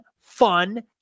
fun